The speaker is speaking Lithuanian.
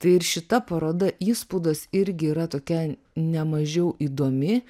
tai ir šita paroda įspūdos irgi yra tokia ne mažiau įdomi